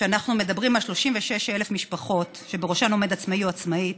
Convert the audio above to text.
כשאנחנו מדברים על 36,000 משפחות שבראשן עומד עצמאי או עצמאית,